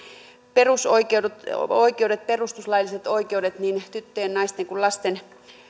perusoikeudet perustuslailliset oikeudet niin tyttöjen naisten kuin lasten